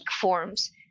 forms